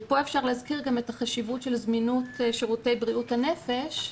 ופה אפשר להזכיר גם את החשיבות של זמינות שירותי בריאות הנפש.